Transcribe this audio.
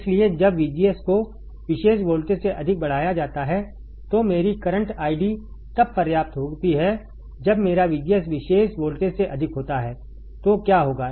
इसलिए जब VGS को विशेष वोल्टेज से अधिक बढ़ाया जाता है तो मेरी करंट ID तब पर्याप्त होती है जब मेरा VGS विशेष वोल्टेज से अधिक होता है तो क्या होगा